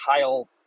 tile